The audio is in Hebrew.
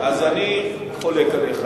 אז אני חולק עליך,